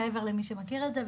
מעבר למי שמכיר את זה,